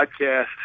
Podcast